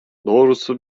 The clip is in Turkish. doğrusu